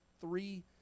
three